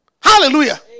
Hallelujah